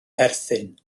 perthyn